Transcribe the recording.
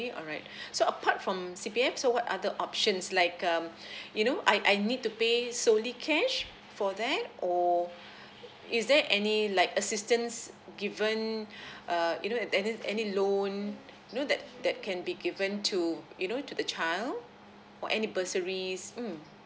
alright so apart from C_P_F so what other options like um you know I I need to pay solely cash for that or is there any like assistance given err you know any any loan you know that that can be given to you know to the child or any bursaries mm